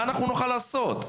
מה נוכל לעשות?